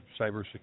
cybersecurity